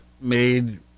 made